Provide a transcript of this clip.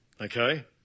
okay